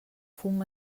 fum